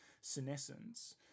senescence